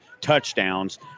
touchdowns